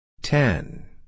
Ten